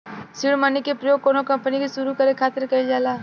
seed money के प्रयोग कौनो कंपनी के सुरु करे खातिर कईल जाला